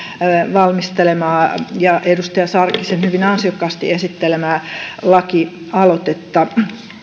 valmistelemaa ja edustaja sarkkisen hyvin ansiokkaasti esittelemää lakialoitetta